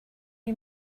you